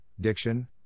diction